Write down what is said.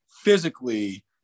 physically